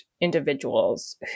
individuals